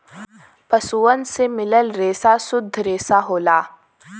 पसुअन से मिलल रेसा सुद्ध रेसा होला